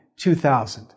2000